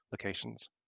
locations